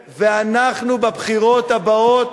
ואנחנו, בבחירות הבאות,